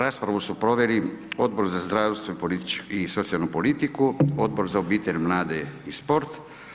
Raspravu su proveli Odbor za zdravstvo i socijalnu politiku, Odbor za obitelj, mlade i sport.